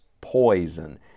poison